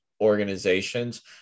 organizations